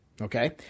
okay